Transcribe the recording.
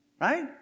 Right